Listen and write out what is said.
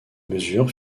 mesure